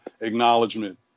acknowledgement